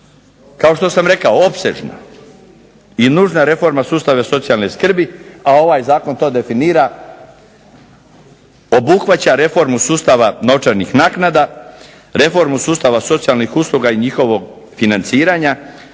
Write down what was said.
Kao što sam rekao opsežna i nužna reforma sustava socijalne skrbi, a ovaj zakon to definira, obuhvaća reformu sustava novčanih naknada, reformu sustava socijalnih usluga i njihovog financiranja,